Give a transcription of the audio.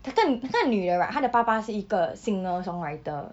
那个那个女的 right 她的爸爸是一个 singer songwriter